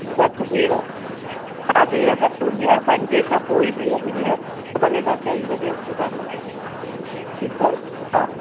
घटि भीर हा भीड़ घटि हूंदी आहे पंजे खां पोइ ई भीड़ थींदी आहे भले तव्हां चईं बजे अची था सघो ठीकु आहे हा